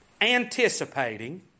anticipating